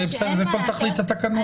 זה העצם וזו תכלית התקנות.